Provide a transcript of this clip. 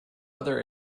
other